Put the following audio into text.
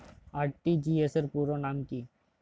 RTGS পুরো নাম কি?